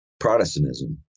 Protestantism